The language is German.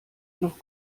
noch